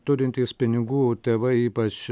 turintys pinigų tėvai ypač